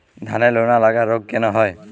ধানের লোনা লাগা রোগ কেন হয়?